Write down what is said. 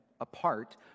apart